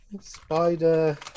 Spider